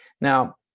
Now